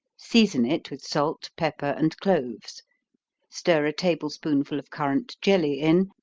season it with salt, pepper, and cloves stir a table spoonful of currant jelly in,